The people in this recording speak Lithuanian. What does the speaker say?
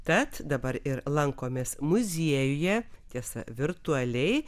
tad dabar ir lankomės muziejuje tiesa virtualiai